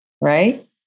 right